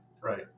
right